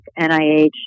NIH